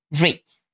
rate